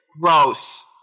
Gross